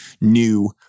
new